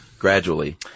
Gradually